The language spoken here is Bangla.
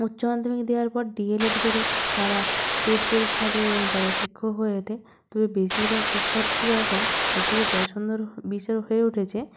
উচ্চমাধ্যমিক দেয়ার পর ডি এল এড করে তারা টেট পরীক্ষা দেয় এবং তারা শিক্ষক হয় এতে তবে বেশিরভাগ শিক্ষার্থীদের এখন সবথেকে পছন্দর বিষয় হয়ে উঠেছে